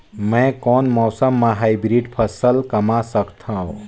मै कोन मौसम म हाईब्रिड फसल कमा सकथव?